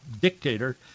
dictator